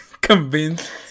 convinced